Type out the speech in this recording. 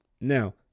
Now